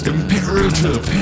Imperative